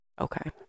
Okay